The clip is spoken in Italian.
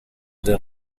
del